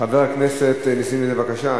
חבר הכנסת נסים זאב, בבקשה.